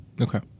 okay